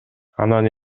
анан